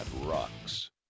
rocks